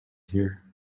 here